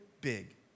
big